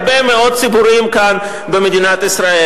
הרבה מאוד ציבורים כאן במדינת ישראל.